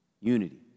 unity